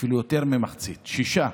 אפילו יותר ממחצית, שישה